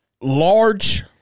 large